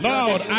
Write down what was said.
Lord